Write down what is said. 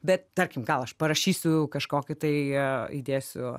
bet tarkim gal aš parašysiu kažkokį tai įdėsiu